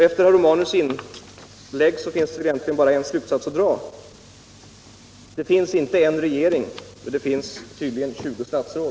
Efter herr Romanus anförande finns bara en slutsats att dra: Det finns inte en regering men däremot tydligen 20 statsråd.